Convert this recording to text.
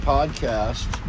Podcast